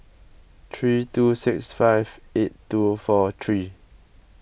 three two six five eight two four three